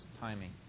timing